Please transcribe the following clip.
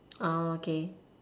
ah okay